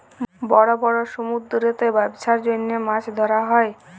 বড় বড় সমুদ্দুরেতে ব্যবছার জ্যনহে মাছ ধ্যরা হ্যয়